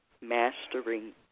mastering